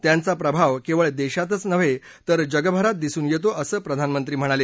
त्यांचा प्रभाव केवळ देशातच नाही तर जगभरात दिसून येतो असं प्रधानमंत्री म्हणाले